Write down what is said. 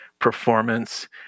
performance